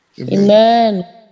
amen